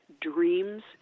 dreams